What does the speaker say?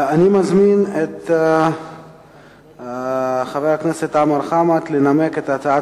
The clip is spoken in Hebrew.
אני מזמין את חבר הכנסת חמד עמאר לנמק את ההצעה